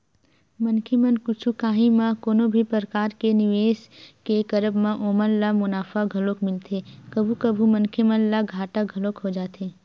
मनखे मन कुछु काही म कोनो भी परकार के निवेस के करब म ओमन ल मुनाफा घलोक मिलथे कभू कभू मनखे मन ल घाटा घलोक हो जाथे